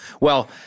Well-